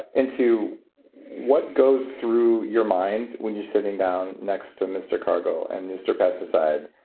into what goes through your mind when you're sitting down next to mr. cargill and mr. pesticide.